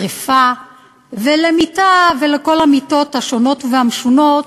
לשרפה ולמיתה, לכל המיתות השונות והמשונות